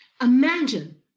Imagine